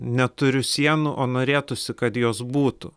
neturiu sienų o norėtųsi kad jos būtų